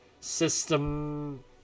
system